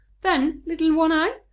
then, little one-eye,